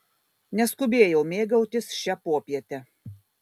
neskubėjau mėgautis šia popiete